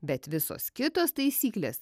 bet visos kitos taisyklės